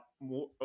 more